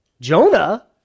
Jonah